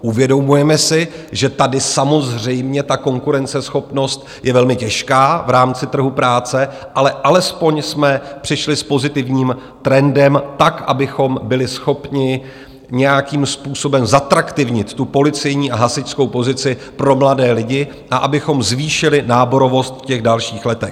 Uvědomujeme si, že tady samozřejmě ta konkurenceschopnost je velmi těžká v rámci trhu práce, ale alespoň jsme přišli s pozitivním trendem tak, abychom byli schopni nějakým způsobem zatraktivnit tu policejní a hasičskou pozici pro mladé lidi a abychom zvýšili náborovost v těch dalších letech.